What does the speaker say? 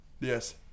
Yes